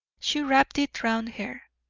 she wrapped it round her,